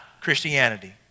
Christianity